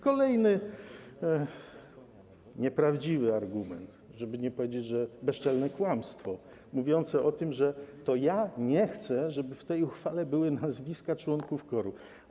Kolejny nieprawdziwy argument, żeby nie powiedzieć: bezczelne kłamstwo, mówi o tym, że to ja nie chcę, żeby w tej uchwale były nazwiska członków KOR-u.